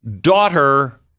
daughter